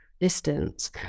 distance